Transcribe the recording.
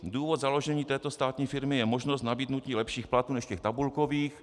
Důvod založení této státní firmy je možnost nabídnutí lepších platů než těch tabulkových.